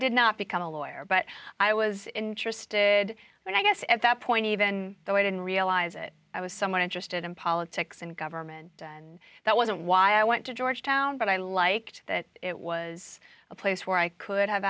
did not become a lawyer but i was interested i guess at that point even though i didn't realize it i was somewhat interested in politics and government and that wasn't why i went to georgetown but i liked that it was a place where i could have